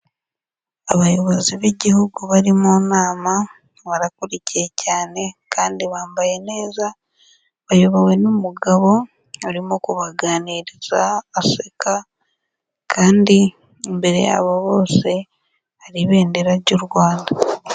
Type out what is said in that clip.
Abayobozi b'igihugu bari mu nama, barakurikiye cyane kandi bambaye neza, bayobowe n'umugabo urimo kubaganiriza, aseka kandi imbere yabo bose hari ibendera ry'u Rwanda.